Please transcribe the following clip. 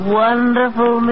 wonderful